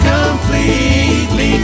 completely